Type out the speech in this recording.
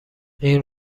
این